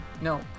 no